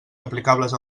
aplicables